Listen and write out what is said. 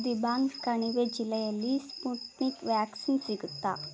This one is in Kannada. ದಿಬಾಂಗ್ ಕಣಿವೆ ಜಿಲ್ಲೆಯಲ್ಲಿ ಸ್ಪುಟ್ನಿಕ್ ವ್ಯಾಕ್ಸಿನ್ ಸಿಗುತ್ತಾ